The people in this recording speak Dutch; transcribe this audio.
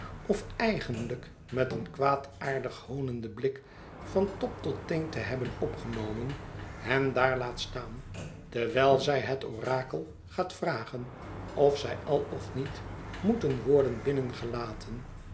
of eigenlijk met een kwaadaardig hoonenden blik van top tot teen te hebben opgenomen hen daar laat staan terwijl zij het orakel gaat vragen of zij al of niet moeten worden binnengelaten